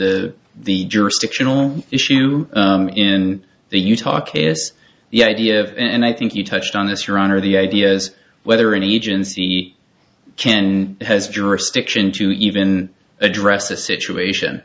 the the jurisdictional issue in the utah case the idea of and i think you touched on this your honor the ideas whether any agency can and has jurisdiction to even address the situation